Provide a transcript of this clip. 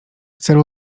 celu